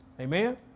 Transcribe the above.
Amen